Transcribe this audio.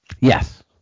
yes